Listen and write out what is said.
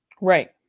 Right